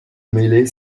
mêlée